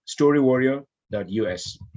storywarrior.us